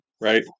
Right